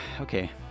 Okay